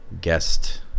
guest